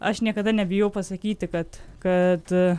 aš niekada nebijau pasakyti kad kad